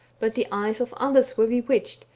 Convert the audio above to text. but the eyes of others were bewitched,